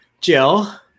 Jill